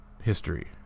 history